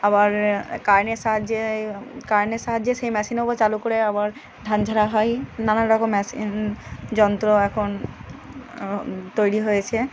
আবার কারেন্টের সাহায্যে কারেন্টের সাহায্যে সেই মেশিনও আবার চালু করে আবার ধান ঝাড়া হয় নানান রকম মেশিন যন্ত্র এখন তৈরি হয়েছে